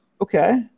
Okay